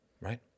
Right